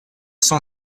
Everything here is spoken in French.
cent